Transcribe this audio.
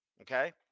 Okay